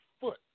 foot